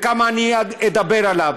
וכמה אני אדבר עליו.